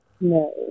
no